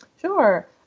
Sure